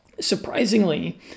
Surprisingly